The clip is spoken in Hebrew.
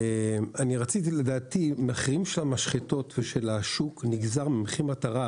לדעתי המחירים של המשחטות ושל השוק נגזר --- מטרה